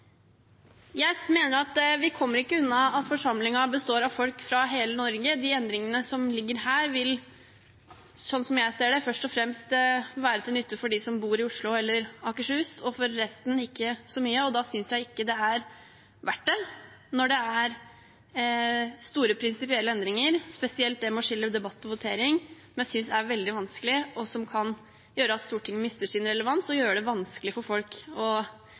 jeg ser det, først og fremst være til nytte for dem som bor i Oslo eller Akershus, og ikke så mye til nytte for resten. Da synes jeg ikke det er verdt det når det er snakk om store prinsipielle endringer, spesielt det med å skille debatt og votering, som jeg synes er veldig vanskelig, som kan gjøre at Stortinget mister sin relevans, og som kan gjøre det vanskelig for folk å